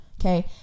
okay